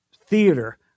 theater